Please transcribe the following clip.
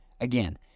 Again